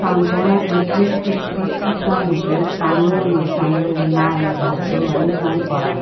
काणकोणांत मुखेल पिकपी पिकां म्हटल्यार तांदूळ मिरसांगो नाल्ल भाज्ज्यो आनी कांय फळां